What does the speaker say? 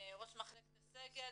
ראש מחלקת הסגל.